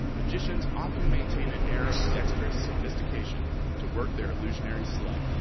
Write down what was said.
magicians often maintain an air of dexterous sophistication to work their illusionary sleight.